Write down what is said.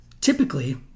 typically